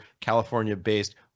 California-based